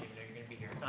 going to be here.